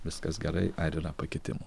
viskas gerai ar yra pakitimų